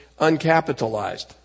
uncapitalized